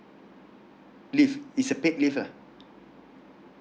leave it's a paid leave lah